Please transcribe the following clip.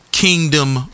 Kingdom